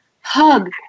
hug